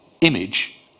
image